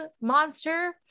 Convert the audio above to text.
monster